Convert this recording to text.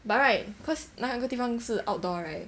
but right cause 那个地方是 outdoor right